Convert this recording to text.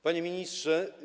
Panie Ministrze!